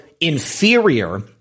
inferior